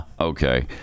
Okay